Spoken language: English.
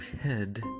head